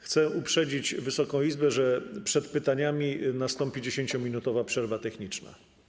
Chcę uprzedzić Wysoką Izbę, że przed pytaniami nastąpi 10-minutowa przerwa techniczna.